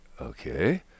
okay